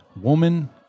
woman